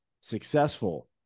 successful